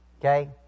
Okay